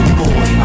boy